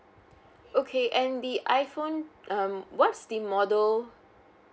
okay and the iPhone um what's the model